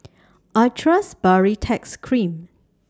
I Trust Baritex Cream